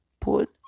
put